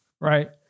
Right